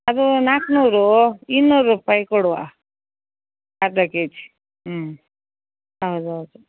ಅದು ನಾಲ್ಕ್ನೂರು ಇನ್ನೂರು ರೂಪಾಯಿ ಕೊಡುವ ಅರ್ಧ ಕೆಜಿ ಹ್ಞೂ ಹೌದು ಹೌದು